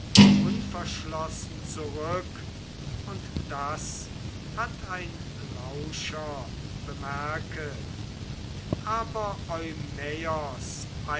unverschlossen zurück und das hat ein lauscher bemerket aber